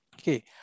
Okay